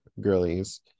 girlies